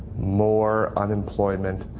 more unemployment,